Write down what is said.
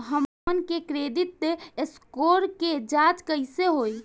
हमन के credit score के जांच कैसे होइ?